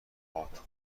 هات